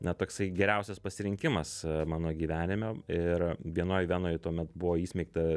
na toksai geriausias pasirinkimas mano gyvenime ir vienoj venoj tuomet buvo įsmeigta